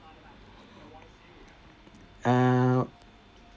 uh